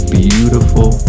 beautiful